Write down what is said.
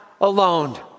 alone